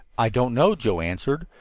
i don't know, joe answered.